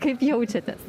kaip jaučiatės